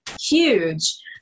huge